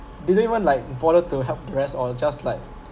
didn't even like bothered to help the rest or just like